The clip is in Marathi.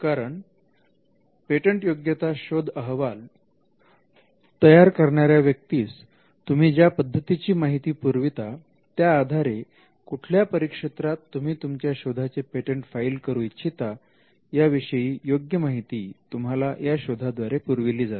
कारण पेटंटयोग्यता शोध अहवाल तयार करणाऱ्या व्यक्तीस तुम्ही ज्या पद्धतीची माहिती पुरविता त्याआधारे कुठल्या परिक्षेत्रात तुम्ही तुमच्या शोधाचे पेटंट फाईल करू इच्छिता याविषयीची योग्य माहिती तुम्हाला या शोधा द्वारे पुरविली जाते